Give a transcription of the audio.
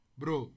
bro